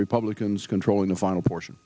republicans controlling the final portion